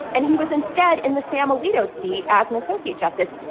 and he was instead in the sam alito seat as an associate justice?